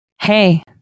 Hey